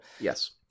Yes